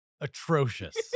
atrocious